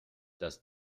dass